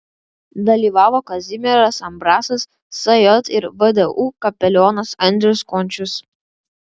dalyvavo kazimieras ambrasas sj ir vdu kapelionas andrius končius